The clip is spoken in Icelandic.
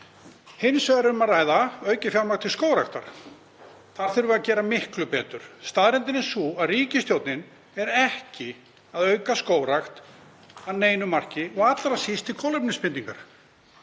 vegar er um að ræða aukið fjármagn til skógræktar. Þar þurfum við að gera miklu betur. Staðreyndin er sú að ríkisstjórnin er ekki að auka skógrækt að neinu marki og allra síst til kolefnisbindingar.